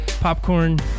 Popcorn